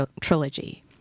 Trilogy